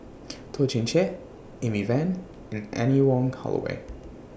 Toh Chin Chye Amy Van and Anne Wong Holloway